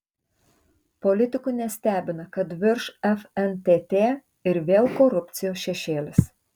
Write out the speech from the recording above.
politikų nestebina kad virš fntt ir vėl korupcijos šešėlis